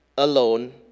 alone